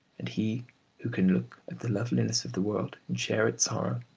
and he who can look at the loveliness of the world and share its sorrow,